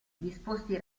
disposti